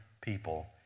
people